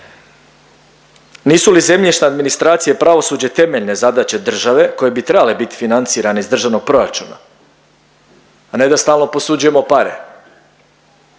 Nisu li zemljišna administracija i pravosuđe temeljne zadaće države koje bi trebale biti financirane iz državnog proračuna, a ne da stalno posuđujemo pare?